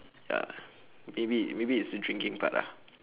ya maybe maybe it's the drinking part ah